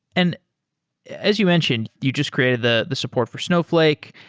and as you mentioned, you just created the the support for snowflake,